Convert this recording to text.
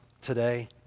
today